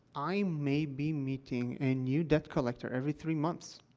i may be meeting a new debt collector every three months,